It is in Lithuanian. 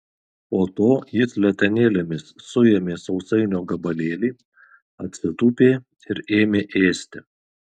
po to jis letenėlėmis suėmė sausainio gabalėlį atsitūpė ir ėmė ėsti